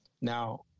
Now